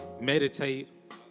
Meditate